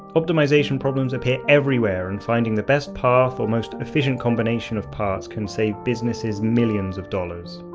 optimisation problems appear everywhere and finding the best path or most efficient combination of parts can save businesses millions of dollars.